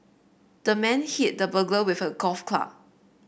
the man hit the burglar with a golf club